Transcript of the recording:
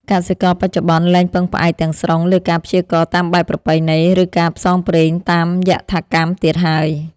កសិករបច្ចុប្បន្នលែងពឹងផ្អែកទាំងស្រុងលើការព្យាករណ៍តាមបែបប្រពៃណី ឬការផ្សងព្រេងតាមយថាកម្មទៀតហើយ។